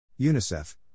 UNICEF